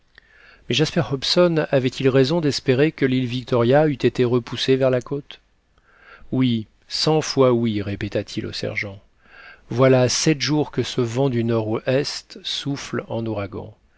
mais jasper hobson avait-il raison d'espérer que l'île victoria eût été repoussée vers la côte oui cent fois oui répéta-t-il au sergent voilà sept jours que ce vent du nord-est souffle en ouragan